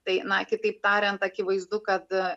tai na kitaip tariant akivaizdu kad